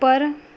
ਉੱਪਰ